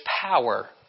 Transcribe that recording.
power